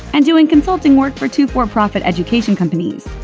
and doing consulting work for two for-profit education companies.